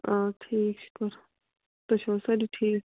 آ ٹھیٖک شُکُر تُہۍ چھِو حظ سٲری ٹھیٖک